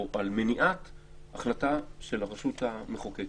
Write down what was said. החלטה של הרשות המחוקקת.